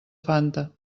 fanta